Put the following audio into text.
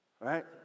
Right